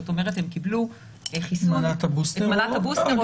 זאת אומרת שהם קיבלו את מנת הבוסטר או